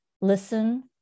listen